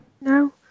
no